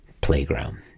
playground